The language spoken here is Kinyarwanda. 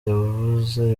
yavuze